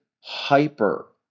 hyper